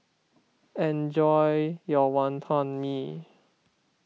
enjoy your Wonton Mee